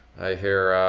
i hear,